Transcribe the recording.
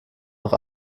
doch